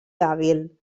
hàbil